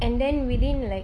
and then within like